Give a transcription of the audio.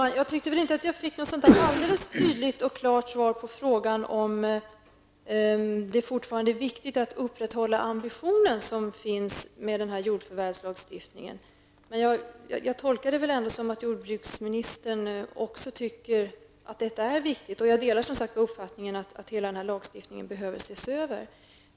Herr talman! Jag fick inte ett alldeles tydligt och klart svar på frågan om det fortfarande är viktigt att upprätthålla ambitionen med jordförvärvslagstiftningen. Jag tolkar jordbruksministerns svar som att han ändå anser att detta är viktigt. Jag delar uppfattningen att hela denna lagstiftning bör ses över.